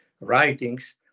writings